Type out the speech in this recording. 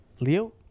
Leo